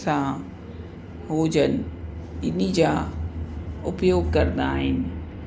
सां उहो जन इन जा उपयोग कंदा आहिनि